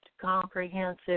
comprehensive